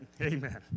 Amen